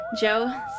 Joe